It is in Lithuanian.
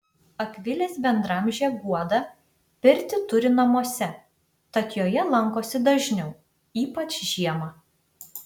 akvilės bendraamžė guoda pirtį turi namuose tad joje lankosi dažniau ypač žiemą